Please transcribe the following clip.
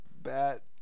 bat